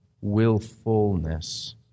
willfulness